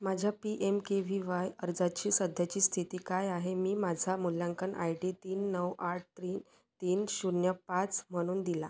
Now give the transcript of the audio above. माझ्या P M K V Y अर्जाची सध्याची स्थिती काय आहे मी माझा मूल्यांकन आय डी तीन नऊ आठ त्री तीन शून्य पाच म्हणून दिला